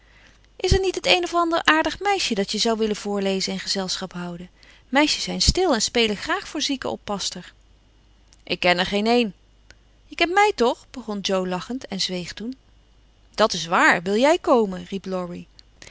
is er niet het een of ander aardig meisje dat je zou willen voorlezen en gezelschap houden meisjes zijn stil en spelen graag voor ziekenoppasster ik ken er geen een je kent mij toch begon jo lachend en zweeg toen dat is waar wil jij komen